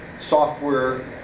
software